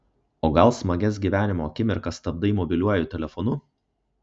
o gal smagias gyvenimo akimirkas stabdai mobiliuoju telefonu